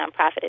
nonprofit